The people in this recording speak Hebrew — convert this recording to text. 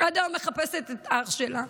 עד היום מחפשת את אח שלה,